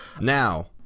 Now